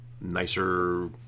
nicer